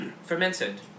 fermented